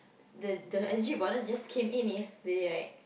the the S_G Bonus just came in yesterday right